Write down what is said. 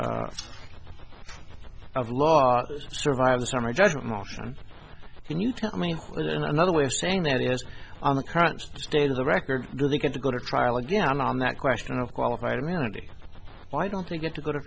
of of law survives a summary judgment motion can you tell me when another way of saying that is on the current state of the record are they going to go to trial again on that question of qualified immunity why don't we get to go to